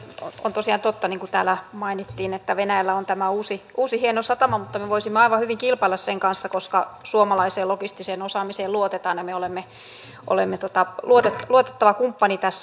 on tosiaan totta niin kuin täällä mainittiin että venäjällä on tämä uusi hieno satama mutta me voisimme aivan hyvin kilpailla sen kanssa koska suomalaiseen logistiseen osaamiseen luotetaan ja me olemme luotettava kumppani tässä